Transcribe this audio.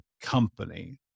company